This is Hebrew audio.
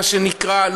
מה שנקרא,